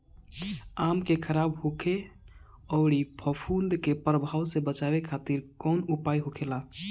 आम के खराब होखे अउर फफूद के प्रभाव से बचावे खातिर कउन उपाय होखेला?